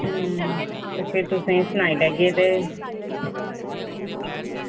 ते फिर तुसें ई एह् सनाई लैगे ते